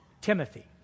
Timothy